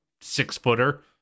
six-footer